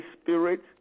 Spirit